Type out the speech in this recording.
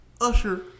Usher